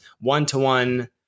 one-to-one